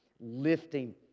lifting